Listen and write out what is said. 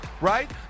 right